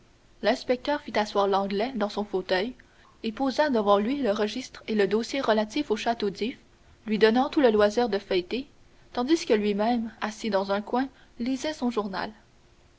l'inspecteur fit asseoir l'anglais dans son fauteuil et posa devant lui le registre et le dossier relatifs au château d'if lui donnant tout le loisir de feuilleter tandis que lui-même assis dans un coin lisait son journal